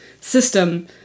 system